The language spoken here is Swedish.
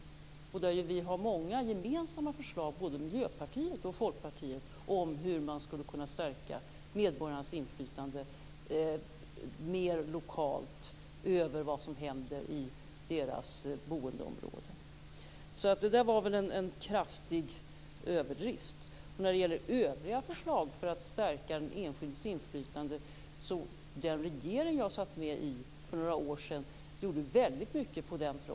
Både Miljöpartiet och Folkpartiet har många gemensamma förslag om hur man mer lokalt skulle kunna stärka medborgarnas inflytande över vad som händer i deras boendeområde. Så det där var en kraftig överdrift. När det gäller övriga förslag för att stärka den enskildes inflytande gjorde den regering som jag satt med i för några år sedan väldigt mycket på den fronten.